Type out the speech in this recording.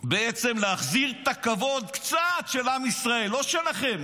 בעצם להחזיר קצת מהכבוד של עם ישראל, לא שלכם.